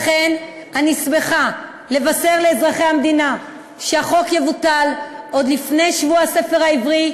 לכן אני שמחה לבשר לאזרחי המדינה שהחוק יבוטל עוד לפני שבוע הספר העברי,